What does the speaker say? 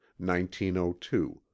1902